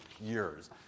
years